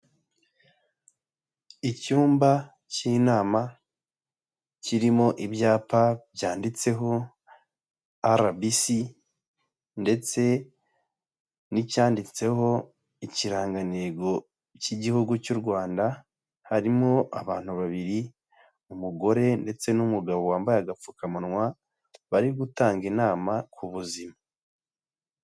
Icyumba cy'inama, kirimo ibyapa byanditseho RBC ndetse n'icyanditseho ikirangantego cy'igihugu cy'u Rwanda, harimo abantu babiri, umugore ndetse n'umugabo wambaye agapfukamunwa, bari gutanga inama ku buzima.